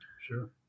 Sure